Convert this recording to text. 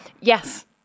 yes